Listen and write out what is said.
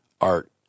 art